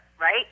right